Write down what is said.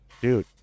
dude